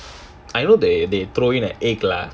I know they throw in an egg lah